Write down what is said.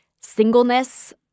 singleness